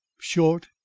short